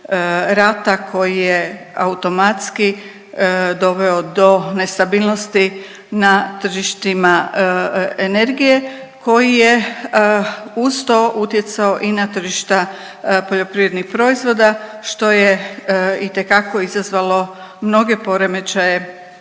rata koji je automatski doveo do nestabilnosti na tržištima energije, koji je uz to utjecao i na tržišta poljoprivrednih proizvoda, što je itekako izazvalo mnoge poremećaje